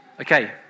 Okay